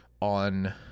on